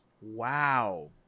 Wow